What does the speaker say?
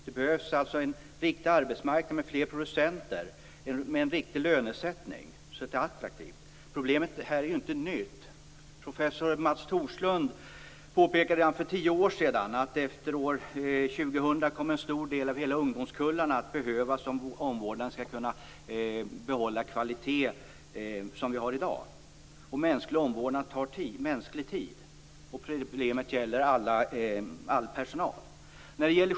Det behövs en riktig arbetsmarknad med fler producenter och en riktig lönesättning. Problemet är inte nytt. Professor Mats Thorslund påpekade redan för tio år sedan att efter år 2000 kommer en stor del av ungdomskullarna att behövas om omvårdnaden skall hålla den kvalitet som fanns då. Mänsklig omvårdnad tar mänsklig tid. Problemet gäller hela personalen.